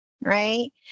right